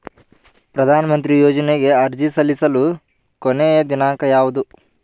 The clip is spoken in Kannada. ಪ್ರಧಾನ ಮಂತ್ರಿ ಯೋಜನೆಗೆ ಅರ್ಜಿ ಸಲ್ಲಿಸಲು ಕೊನೆಯ ದಿನಾಂಕ ಯಾವದು?